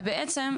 ובעצם,